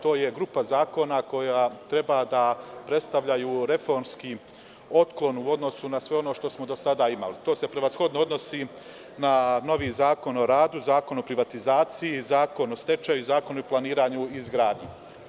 To je grupa zakona koja treba da predstavljaju reformski otklon u odnosu na sve ono što smo do sada imali, to se prevashodno odnosi na novi zakon o radu, zakon o privatizaciji, zakon o stečaju i zakon o planiranju i izgradnji.